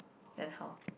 then how